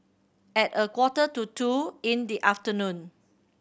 at a quarter to two in the afternoon